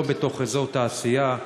לא בתוך אזור תעשייה,